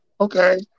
Okay